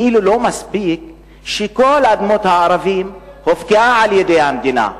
כאילו לא מספיק שכל אדמות הערבים הופקעו על-ידי המדינה.